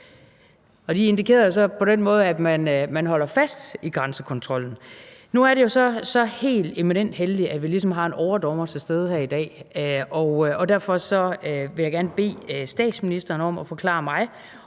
på den måde, at man holder fast i grænsekontrollen. Nu er det jo så så helt eminent heldigt, at vi ligesom har en overdommer til stede her i dag, og derfor vil jeg gerne bede statsministeren om at forklare mig,